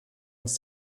ins